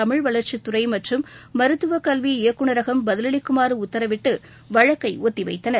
தமிழ் வளர்ச்சித்துறை மற்றும் மருத்துவக்கல்வி இயக்குனரகம் பதிலளிக்குமாறு உத்தரவிட்டு வழக்கை ஒத்திவைத்தது